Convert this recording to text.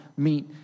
Meet